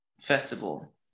festival